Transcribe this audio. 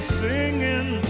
singing